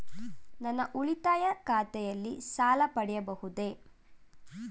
ನನ್ನ ಉಳಿತಾಯ ಖಾತೆಯಲ್ಲಿ ಸಾಲ ಪಡೆಯಬಹುದೇ?